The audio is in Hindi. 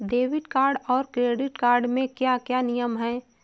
डेबिट कार्ड और क्रेडिट कार्ड के क्या क्या नियम हैं?